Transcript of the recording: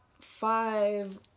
five